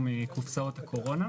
הוא מקופסאות הקורונה.